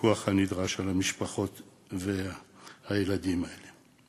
בפיקוח הנדרש על המשפחות והילדים האלה.